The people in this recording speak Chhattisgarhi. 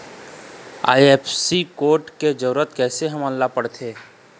आई.एफ.एस.सी कोड के जरूरत कैसे हमन ला पड़थे?